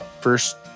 first